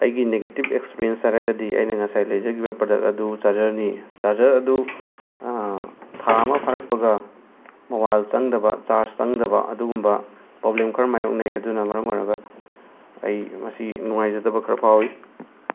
ꯑꯩꯒꯤ negative experience ꯍꯥꯏꯔꯒꯗꯤ ꯑꯩꯅ ꯉꯁꯥꯏ ꯂꯩꯖꯒꯤꯕ ꯄꯔꯗꯛ ꯑꯗꯨ ꯆꯥꯔꯖꯔꯅꯤ ꯆꯥꯔꯖꯔ ꯑꯗꯨ ꯊꯥ ꯑꯃ ꯐꯥꯔꯛꯄꯒ ꯃꯣꯕꯥꯏꯜ ꯆꯪꯗꯕ ꯆꯥꯔꯁ ꯆꯪꯗꯕ ꯑꯗꯨꯒꯨꯝꯕ ꯄ꯭ꯔꯣꯕ꯭ꯂꯦꯝ ꯈꯔ ꯃꯥꯌꯣꯛꯅꯩ ꯑꯗꯨꯅ ꯃꯔꯝ ꯑꯣꯏꯔꯒ ꯑꯩ ꯃꯁꯤ ꯅꯨꯡꯉꯥꯏꯖꯗꯕ ꯈꯔ ꯐꯥꯎꯏ